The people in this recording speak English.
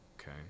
okay